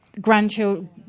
grandchildren